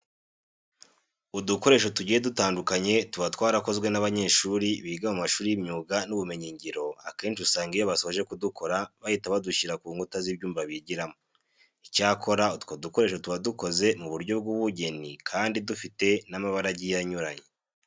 Udukoresho tugiye dutandukanye tuba twarakozwe n'abanyeshuri biga mu mashuri y'imyuga n'ubumenyingiro akenshi usanga iyo basoje kudukora bahita badushyira ku nkuta z'ibyumba bigiramo. Icyakora utwo dukoresho tuba dukoze mu buryo bw'ubugeni kandi dufite n'amabara agiye anyuranye.